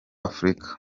afurika